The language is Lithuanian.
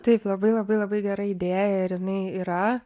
taip labai labai labai gera idėja ir jinai yra